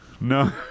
No